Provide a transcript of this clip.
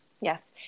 Yes